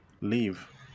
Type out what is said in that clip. leave